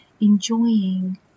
enjoying